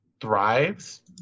thrives